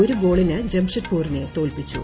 ഒരു ഗോളിന് ജംഷഡ്പൂരിനെ തോൽപ്പിച്ചു